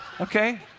Okay